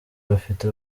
bafite